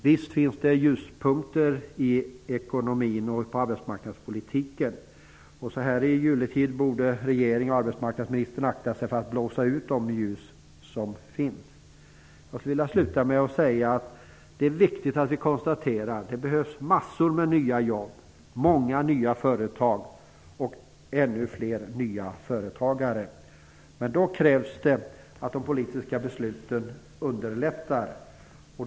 Visst finns det ljuspunkter i ekonomin och på arbetsmarknadspolitiken. Så här i juletid borde regeringen och arbetsmarknadsministern akta sig för att blåsa ut de ljus som finns. Slutligen vill jag säga att det behövs många nya jobb, många nya företag och ännu fler nya företagare. Men då krävs det att de politiska besluten underlättar detta.